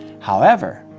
however,